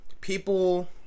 people